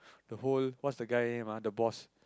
the whole what's the guy name ah the boss